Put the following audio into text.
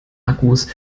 akkus